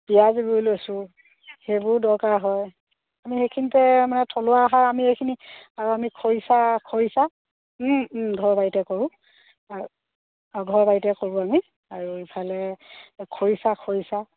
পিঁয়াজ ৰুই লৈছোঁ সেইবোৰো দৰকাৰ হয় আমি সেইখিনিতে মানে থলুৱা আহাৰ আমি এইখিনি আৰু আমি খৰিচা খৰিচা ঘৰৰ বাৰীতে কৰোঁ আৰু ঘৰৰ বাৰীতে কৰোঁ আমি আৰু ইফালে খৰিচা খৰিচা